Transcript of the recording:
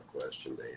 question